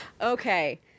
okay